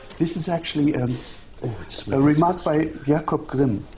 this is actually and a remark by jacob grimm.